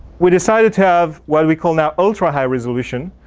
we decided to have what we call now ultra-high resolution,